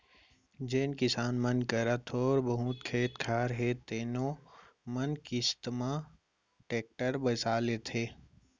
जेन किसान मन करा थोर बहुत खेत खार हे तेनो मन किस्ती म टेक्टर बिसा लेथें